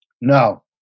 no